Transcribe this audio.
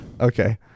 okay